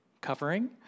covering